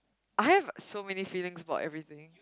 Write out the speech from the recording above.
I have so many feelings for everything